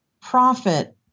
profit